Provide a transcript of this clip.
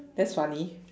that's funny